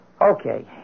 Okay